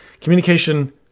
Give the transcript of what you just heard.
Communication